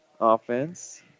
offense